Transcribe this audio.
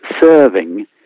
serving